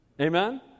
Amen